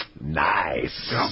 Nice